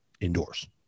indoors